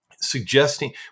suggesting